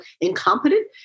incompetent